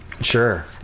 Sure